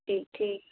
जी ठीक